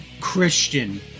Christian